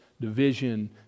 division